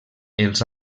els